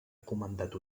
comandat